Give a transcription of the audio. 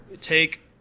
take